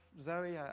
Zoe